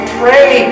pray